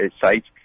sites